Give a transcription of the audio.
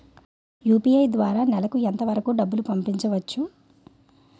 UPI ద్వారా నెలకు ఎంత వరకూ డబ్బులు పంపించవచ్చు?